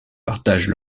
partagent